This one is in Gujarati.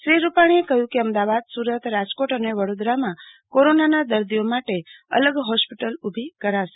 શ્રી રૂપાણીએ કહ્યું કે અમદાવાદ સુરત રાજકોટ અને વડોદરામાં કોરોનાના દર્દીઓ માટે અલગ હોસ્પિટલ ઉભી કરાશે